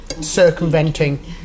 circumventing